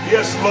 Yes